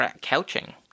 couching